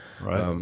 Right